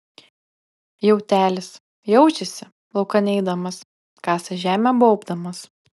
jautelis jaučiasi laukan eidamas kasa žemę baubdamas